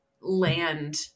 land